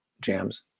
jams